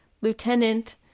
lieutenant